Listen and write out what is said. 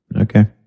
Okay